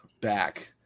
back